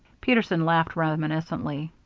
peterson laughed reminiscently.